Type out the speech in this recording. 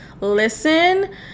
listen